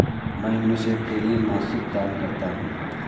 मैं यूनिसेफ के लिए मासिक दान करता हूं